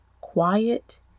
quiet